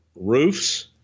roofs